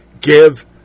give